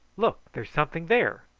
look, there's something there.